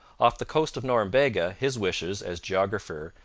off the coast of norumbega his wishes, as geographer,